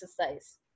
exercise